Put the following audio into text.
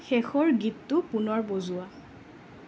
শেষৰ গীতটো পুনৰ বজোৱা